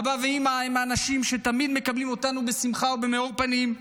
אבא ואימא הם האנשים שתמיד מקבלים אותנו בשמחה ובמאור פנים,